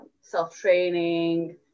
self-training